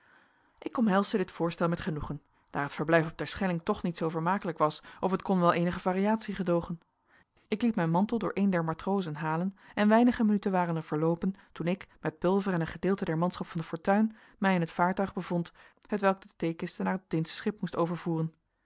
ik omhelsde dit voorstel met genoegen daar het verblijf op terschelling toch niet zoo vermakelijk was of het kon wel eenige variatie gedoogen ik liet mijn mantel door een der matrozen halen en weinige minuten waren er verloopen toen ik met pulver en een gedeelte der manschap van de fortuin mij in het vaartuig bevond hetwelk de theekisten naar het deensche schip moest